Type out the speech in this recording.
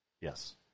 Yes